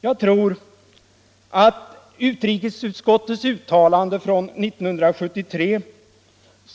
Jag tror att utrikesutskottets uttalande från 1973,